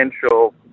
potential